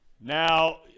Now